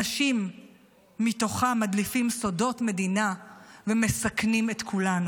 אנשים מתוכה מדליפים סודות מדינה ומסכנים את כולנו.